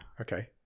okay